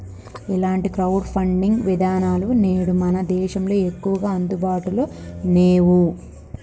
ఇలాంటి crowd funding విధానాలు నేడు మన దేశంలో ఎక్కువగా అందుబాటులో నేవు